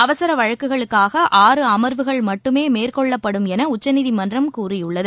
அவசரவழக்குகளுக்காக ஆறு அமர்வுகள் மட்டுமேமேற்கொள்ளப்படும் எனஉச்சநீதிமன்றம் கூறியுள்ளது